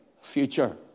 future